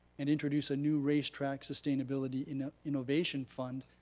and introduce a new race-track-sustainability-innovation fund,